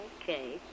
Okay